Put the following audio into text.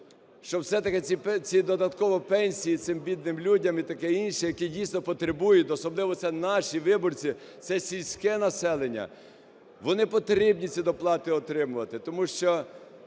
ці додатково пенсії цим бідним людям і таке інше, які, дійсно, потребують, особливо це наші виборці, це сільське населення, вони повинні ці доплати отримувати.